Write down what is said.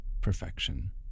perfection